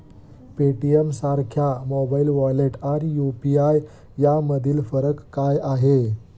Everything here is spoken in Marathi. पेटीएमसारख्या मोबाइल वॉलेट आणि यु.पी.आय यामधला फरक काय आहे?